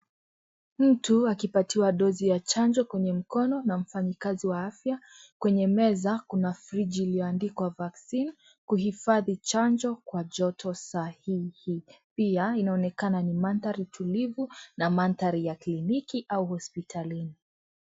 Mtu akipatiwa dosing ya chanjo kwenye mkononna mfanyikazi wa afya, kwenye meza kuna friji iliyoandikwa vaccine kuhifadhi chanjo kwa joto sahihi, pia inaonekana ni mandhari tulivu na mandhari ya kliniki au hospitalini.